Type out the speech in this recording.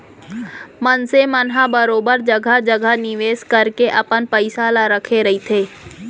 मनसे मन ह बरोबर जघा जघा निवेस करके अपन पइसा ल रखे रहिथे